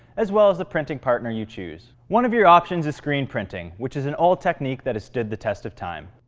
as well as the printing partner you choose. one of your options is screen printing, which is an old technique that has stood the test of time.